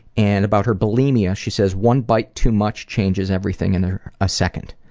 and about her bulimia she says one bite too much changes everything in a second.